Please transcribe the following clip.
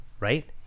right